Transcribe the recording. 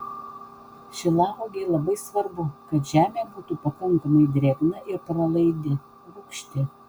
šilauogei labai svarbu kad žemė būtų pakankamai drėgna ir pralaidi rūgšti